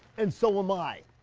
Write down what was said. and so am i!